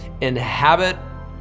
inhabit